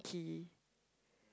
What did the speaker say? ~Kee